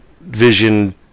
Vision